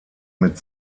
mit